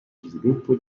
sviluppo